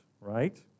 right